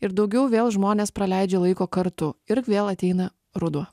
ir daugiau vėl žmonės praleidžia laiko kartu ir vėl ateina ruduo